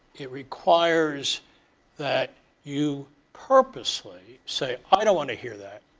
it requires that you purposely say, i don't want to hear that.